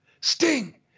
Sting